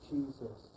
Jesus